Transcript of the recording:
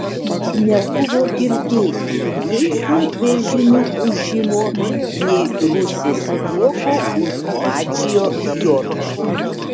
nebuvo girdėti nei sunkvežimių ūžimo nei rusės juoko už mačio fjordo